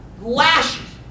lashes